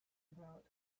about